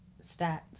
stats